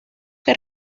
que